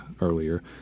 earlier